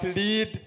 lead